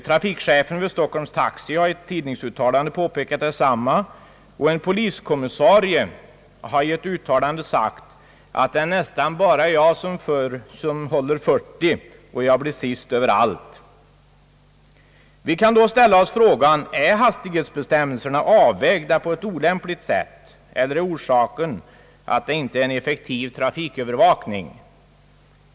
= Trafikchefen = vid Stockholms Taxi har i ett tidningsuttalande påpekat detsamma, och en poliskommissarie har i ett uttalande sagt: »Det är nästan bara jag som håller 40 kilometer, och jag blir sist överallt.» Vi kan då ställa oss frågan: Är hastighetsbestämmelserna avvägda på ett olämpligt sätt, eller är orsaken att det inte bedrivs en effektiv trafikövervakning?